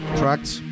tracks